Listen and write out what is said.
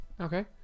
Okay